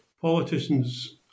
Politicians